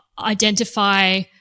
identify